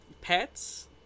Pets